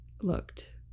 Looked